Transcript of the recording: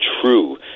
true